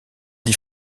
dix